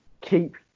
keep